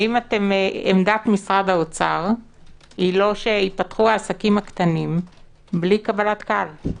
האם עמדת משרד האוצר היא לא שייפתחו העסקים הקטנים בלי קבלת קהל?